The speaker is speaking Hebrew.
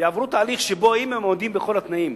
יעברו תהליך שבו אם הם עומדים בכל התנאים,